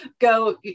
go